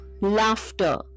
laughter